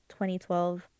2012